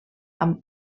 amb